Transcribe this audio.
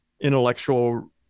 intellectual